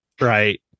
right